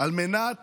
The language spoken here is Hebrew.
על מנת